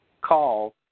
call